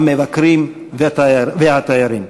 המבקרים והתיירים.